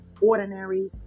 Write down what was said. ordinary